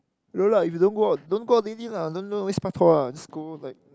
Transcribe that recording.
no lah if you don't go out don't go out daily lah don't don't always just go like